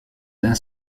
d’un